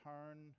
Turn